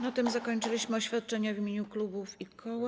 Na tym zakończyliśmy oświadczenia w imieniu klubów i koła.